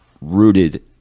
rooted